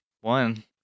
one